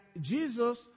Jesus